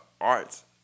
arts